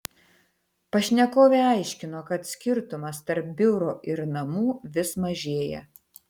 pašnekovė aiškino kad skirtumas tarp biuro ir namų vis mažėja